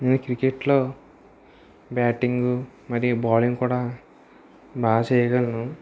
నేను క్రికెట్ లో బ్యాటింగ్ మరియు బౌలింగ్ కూడా బాగా చేయగలను